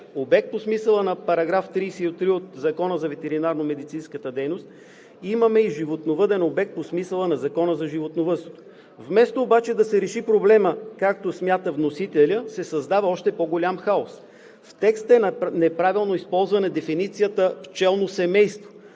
обект по смисъла на § 33 от Закона за ветеринарномедицинската дейност, имаме и животновъден обект по смисъла на Закона за животновъдството. Вместо обаче да се реши проблемът, както смята вносителят, се създава още по-голям хаос. В текста е неправилно използвана дефиницията „пчелно семейство“.